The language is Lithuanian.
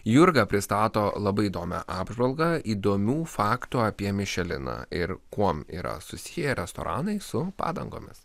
jurga pristato labai įdomią apžvalgą įdomių faktų apie mišeliną ir kuom yra susiję restoranai su padangomis